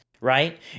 right